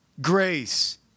grace